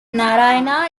narayana